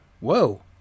whoa